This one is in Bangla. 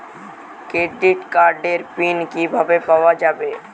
ক্রেডিট কার্ডের পিন কিভাবে পাওয়া যাবে?